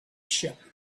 ship